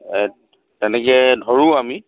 তেনেকে ধৰোঁ আমি